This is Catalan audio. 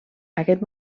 aquest